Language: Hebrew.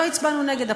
לא הצבענו נגד הפטור.